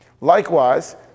Likewise